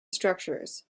structures